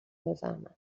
بفهمن